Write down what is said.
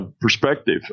perspective